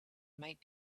might